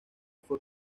fue